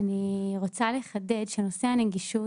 אני רוצה לחדד שנושא הנגישות